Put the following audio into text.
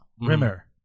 Rimmer